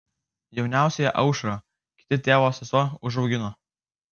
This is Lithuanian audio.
jauniausiąją aušrą kita tėvo sesuo užaugino